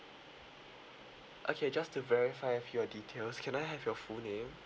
okay just to verify of your details can I have your full name